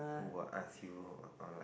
who will ask you or like